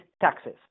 taxes